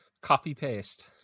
Copy-paste